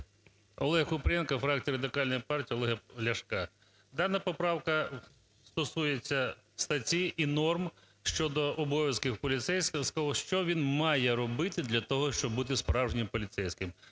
ОлегКупрієнко, фракція Радикальної партії Олега Ляшка. Дана поправка стосується статті і норм щодо обов'язків поліцейського, що він має робити для того, щоб бути справжнім поліцейським.